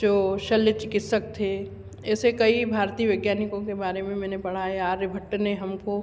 जो शैल्य चिकित्सक थे ऐसे कई भारतीय वैज्ञानिकों के बारे में मैंने पढ़ा है आर्यभट्ट ने हमको